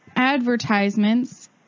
advertisements